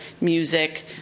music